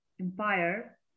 Empire